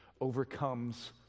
overcomes